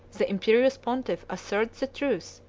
the imperious pontiff asserts the truth,